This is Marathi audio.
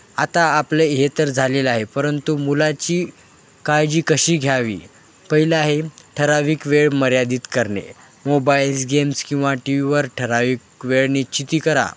आता आपले हे तर झालेलं आहे परंतु मुलाची काळजी कशी घ्यावी पहिलं आहे ठराविक वेळ मर्यादित करणे मोबाईल्स गेम्स किंवा टी व्हीवर ठराविक वेळ निश्चिती करा